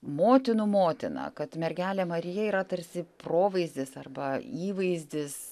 motinų motina kad mergelė marija yra tarsi provaizdis arba įvaizdis